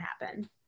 happen